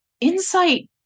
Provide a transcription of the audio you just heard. insight